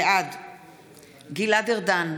בעד גלעד ארדן,